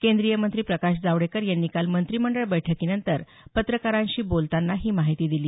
केंद्रीय मंत्री प्रकाश जावडेकर यांनी काल मंत्रिमंडळ बैठकीनंतर पत्रकारांशी बोलताना ही माहिती दिली